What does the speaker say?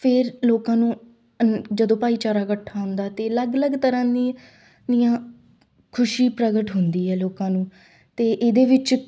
ਫਿਰ ਲੋਕਾਂ ਨੂੰ ਅ ਜਦੋਂ ਭਾਈਚਾਰਾ ਇਕੱਠਾ ਹੁੰਦਾ ਅਤੇ ਅਲੱਗ ਅਲੱਗ ਤਰ੍ਹਾਂ ਦੀ ਦੀਆਂ ਖੁਸ਼ੀ ਪ੍ਰਗਟ ਹੁੰਦੀ ਹੈ ਲੋਕਾਂ ਨੂੰ ਅਤੇ ਇਹਦੇ ਵਿਚ